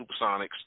Supersonics